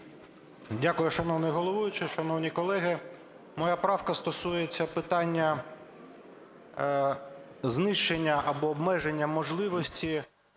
Дякую. Шановний головуючий, шановні колеги! Моя правка стосується питання знищення або обмеження можливості